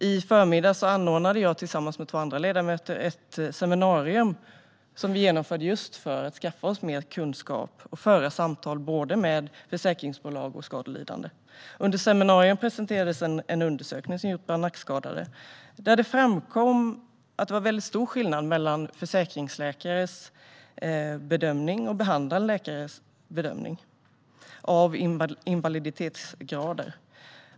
I förmiddags anordnade jag tillsammans med två andra ledamöter ett seminarium just för att skaffa mer kunskap och föra samtal med både försäkringsbolag och skadelidande. Under seminariet presenterades en undersökning som gjorts bland nackskadade, där det framkom att det var väldigt stor skillnad mellan försäkringsläkares och behandlande läkares bedömning av invaliditetsgrader.